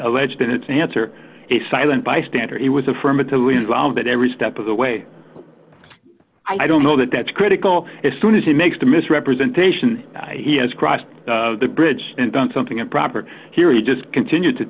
alleged in its answer a silent bystander he was affirmatively involved at every step of the way i don't know that that's critical as soon as he makes the misrepresentation he has crossed the bridge and done something improper here he just continued to